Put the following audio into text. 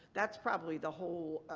that's probably the whole,